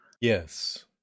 yes